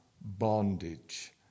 bondage